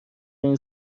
این